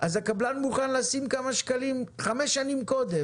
אז הקבלן מוכן לשים כמה שקלים חמש שנים קודם,